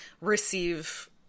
receive